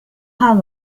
how